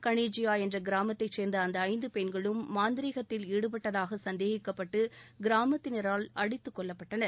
களிஜியா என்ற கிராமத்தைச் சேர்ந்த அந்த ஐந்து பெண்களும் மாந்திரீகத்தில் ஈடுபட்டதாக சந்தேகிக்கப்பட்டு கிராமத்தினரால் அடித்து கொல்லப்பட்டனர்